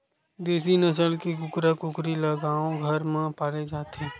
देसी नसल के कुकरा कुकरी ल गाँव घर म पाले जाथे